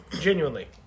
Genuinely